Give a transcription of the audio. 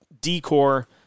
decor